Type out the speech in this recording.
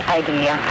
idea